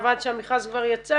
עכשיו עד שהמכרז כבר יצא